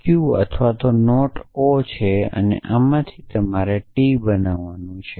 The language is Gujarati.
ક્યૂ અથવા એસ છે અને આમાંથી તમારે ટી મેળવવું છે